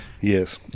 Yes